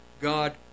God